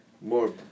More